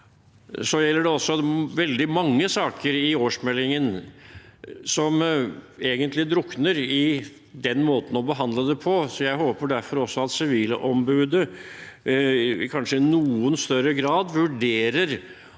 seg. Det er også veldig mange saker i årsmeldingen som egentlig drukner i den måten å behandle det på, så jeg håper derfor at Sivilombudet i kanskje noe større grad vurderer